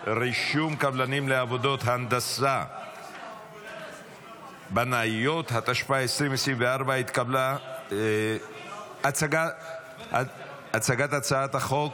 רישום קבלנים לעבודות הנדסה בנאיות התשפ"ה 2024. הצגת הצעת החוק,